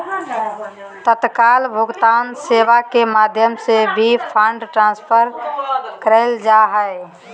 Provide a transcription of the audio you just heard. तत्काल भुगतान सेवा के माध्यम से भी फंड ट्रांसफर करल जा हय